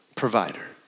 provider